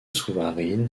souvarine